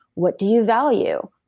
what do you value?